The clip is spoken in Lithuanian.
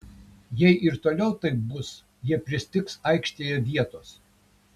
jei ir toliau taip bus jie pristigs aikštėje vietos